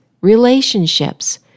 relationships